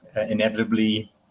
inevitably